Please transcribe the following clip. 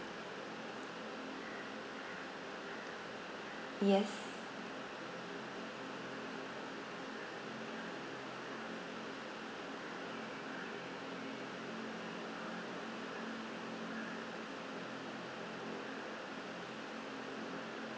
yes